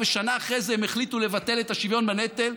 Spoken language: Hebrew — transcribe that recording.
ושנה אחרי זה הם החליטו לבטל את השוויון בנטל,